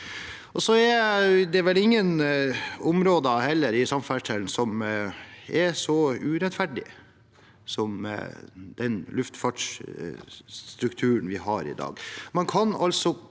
Det er vel heller ingen områder i samferdsel som er så urettferdig som den luftfartsstrukturen vi har i dag.